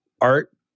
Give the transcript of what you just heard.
art